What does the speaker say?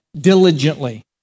diligently